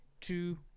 two